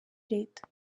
leta